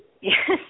Yes